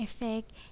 effect